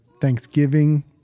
Thanksgiving